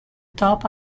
top